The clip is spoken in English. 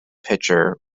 pitcher